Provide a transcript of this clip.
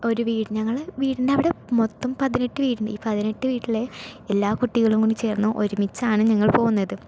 ഒരു വീട് ഞങ്ങള് വീടിൻ്റെ അവിടെ മൊത്തം പതിനെട്ട് വീടുണ്ട് ഈ പതിനെട്ട് വീട്ടിലെ എല്ലാ കുട്ടികളും കൂടി ചേർന്നു ഒരുമിച്ചാണ് ഞങ്ങൾ പോകുന്നത്